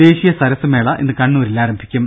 ദേശീയ സരസ് മേള ഇന്ന് കണ്ണൂരിൽ ആരംഭിക്കും